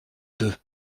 deux